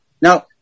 now